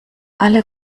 alle